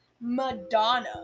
Madonna